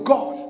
God